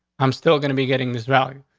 i'm still gonna be getting this value.